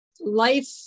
life